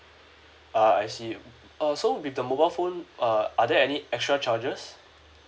ah I see uh so with the mobile phone uh are there any extra charges